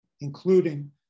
including